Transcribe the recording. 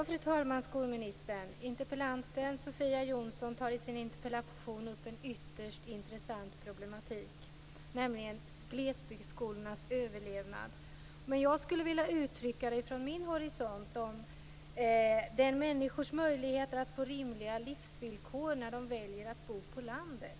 Fru talman och skolministern! Interpellanten Sofia Jonsson tar i sin interpellation upp en ytterst intressant problematik, nämligen glesbygdsskolornas överlevnad. Men jag skulle från min horisont vilja uttrycka det som människors möjligheter att få rimliga livsvillkor när de väljer att bo på landet.